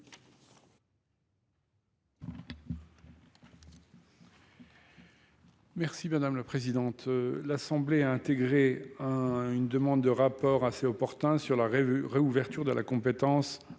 l'assemblée la présidente l'assemblée a intégré une demande de rapport assez opportun sur la réouverture de la compétence